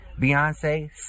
Beyonce